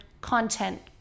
content